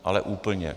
Ale úplně.